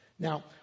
Now